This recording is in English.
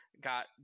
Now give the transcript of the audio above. got